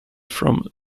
from